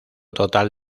total